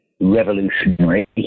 revolutionary